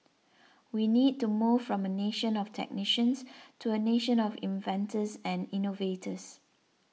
we need to move from a nation of technicians to a nation of inventors and innovators